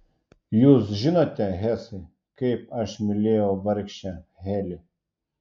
jūs žinote hesai kaip aš mylėjau vargšę heli